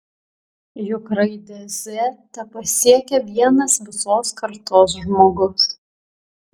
juk raidę z tepasiekia vienas visos kartos žmogus